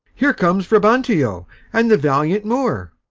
here comes brabantio and the valiant moor.